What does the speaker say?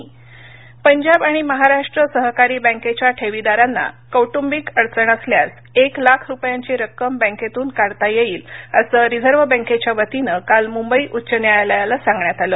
PMC Bank Punjab आणि महाराष्ट्र सहकारी बँकेच्या ठेवीदारांना कौटुंबिक अडचण असल्यास एक लाख रुपयांची रक्कम बँकेतून काढता येईल असं रिझर्व बँकेच्या वतीनं काल मुंबई उच्च न्यायालयाला सांगण्यात आलं